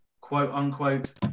quote-unquote